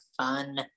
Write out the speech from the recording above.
fun